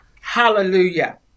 Hallelujah